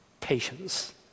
patience